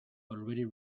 already